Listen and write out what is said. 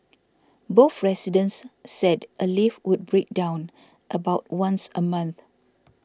both residents said a lift would break down about once a month